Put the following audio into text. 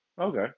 Okay